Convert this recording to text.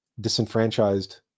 disenfranchised